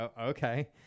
okay